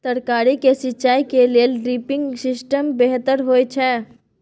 तरकारी के सिंचाई के लेल ड्रिपिंग सिस्टम बेहतर होए छै?